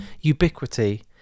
Ubiquity